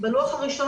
בלוח הראשון,